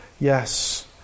Yes